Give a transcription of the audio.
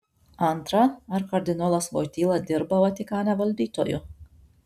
antra ar kardinolas voityla dirba vatikane valdytoju